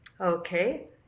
okay